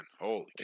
holy